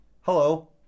Hello